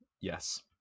yes